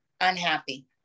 unhappy